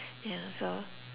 yeah so